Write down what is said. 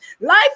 Life